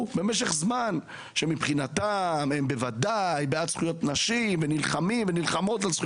במשך זמן שמבחינתם הם בוודאי בעד זכויות נשים ונלחמים על זה.